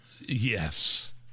Yes